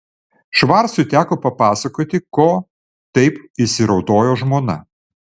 švarcui teko papasakoti ko taip įsiraudojo žmona